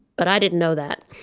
but i didn't know that.